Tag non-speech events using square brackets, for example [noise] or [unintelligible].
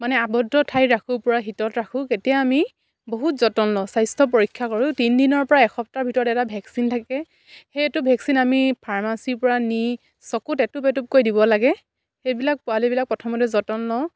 মানে আৱদ্ধ ঠাইত ৰাখোঁ পূৰা শীতত ৰাখোঁ তেতিয়া আমি বহুত যতন স্বাস্থ্য পৰীক্ষা কৰোঁ তিনদিনৰ পৰা এসপ্তাহৰ ভিতৰত এটা ভেকচিন থাকে সেই এইটো ভেকচিন আমি ফাৰ্মাচীৰ পৰা নি চকুত এটুপ এটুপকৈ দিব লাগে সেইবিলাক পোৱালিবিলাক প্ৰথমতে যতন [unintelligible]